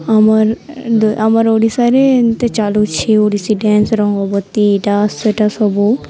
ଆମର୍ ଆମର ଓଡ଼ିଶାରେ ଏମିତି ଚାଲୁଛି ଓଡ଼ିଶୀ ରଙ୍ଗବତୀ ସେଟା ସବୁ